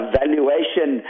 valuation